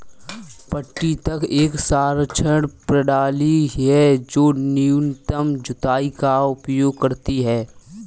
पट्टी तक एक संरक्षण प्रणाली है जो न्यूनतम जुताई का उपयोग करती है